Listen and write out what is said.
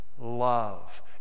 love